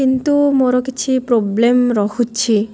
କିନ୍ତୁ ମୋର କିଛି ପ୍ରୋବ୍ଲେମ୍ ରହୁଛି